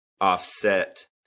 offset